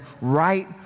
right